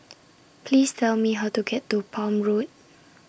Please Tell Me How to get to Palm Road